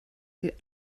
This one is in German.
sie